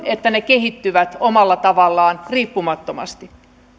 että ne kehittyvät omalla tavallaan riippumattomasti